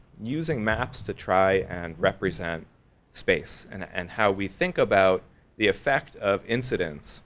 using maps to try and represent space and and how we think about the effect of incidents